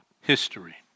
history